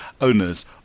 owners